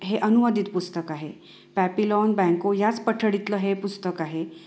हे अनुवादित पुस्तक आहे पॅपीलॉन बँको याच पठडीतलं हे पुस्तक आहे